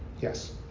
Yes